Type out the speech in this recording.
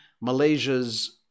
Malaysia's